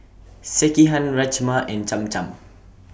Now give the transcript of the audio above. Sekihan Rajma and Cham Cham